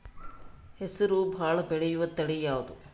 ಹೆಸರು ಭಾಳ ಬೆಳೆಯುವತಳಿ ಯಾವದು?